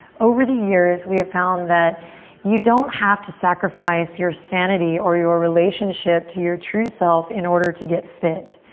over the years we have found that you don't have to sacrifice your sanity or your relationship to your true self in order to get fit.